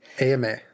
AMA